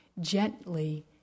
gently